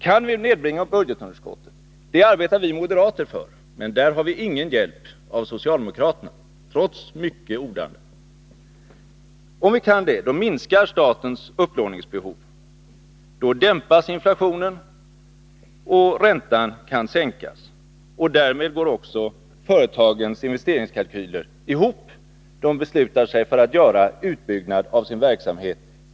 Kan vi nedbringa budgetunderskottet — det arbetar vi moderater för, men där har vi ingen hjälp av socialdemokraterna, trots mycket ordande — minskar statens upplåningsbehov. Då dämpas inflationen, och räntan kan sänkas. Därmed går också företagens investeringskalkyler ihop. De beslutar sig för att bygga ut sin verksamhet.